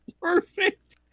Perfect